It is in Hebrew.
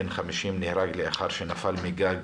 בן 50, נהרג לאחר שנפל מגג